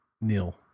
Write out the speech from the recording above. nil